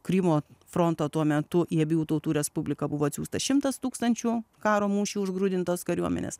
krymo fronto tuo metu į abiejų tautų respubliką buvo atsiųsta šimtas tūkstančių karo mūšių užgrūdintos kariuomenės